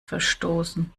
verstoßen